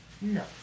No